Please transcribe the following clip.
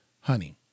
honey